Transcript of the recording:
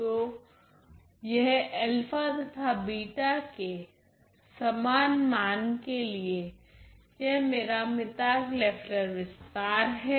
तो यह अल्फा तथा बीटा के समान मान के लिए यह मेरा मीताग लेफ्लर विस्तार हैं